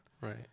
right